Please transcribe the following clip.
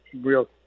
real